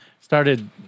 started